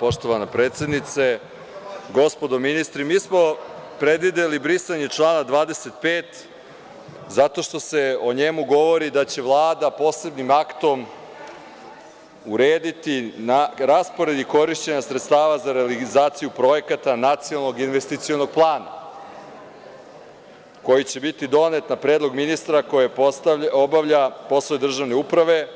Poštovana predsednice, gospodo ministri, mi smo predvideli brisanje člana 25. zato što se o njemu govori da će Vlada posebnim aktom urediti raspored i korišćenje sredstava za realizaciju projekata Nacionalnog investicionog plana, koji će biti donet na predlog ministra koji obavlja posao državne uprave,